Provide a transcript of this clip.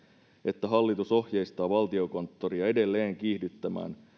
että hallitus ohjeistaa valtiokonttoria edelleen kiihdyttämään